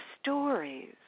stories